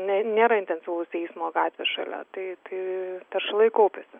ne nėra intensyvaus eismo gatvės šalia tai tai teršalai kaupiasi